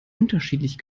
unterschiedlich